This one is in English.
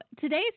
today's